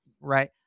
right